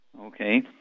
okay